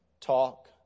talk